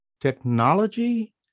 technology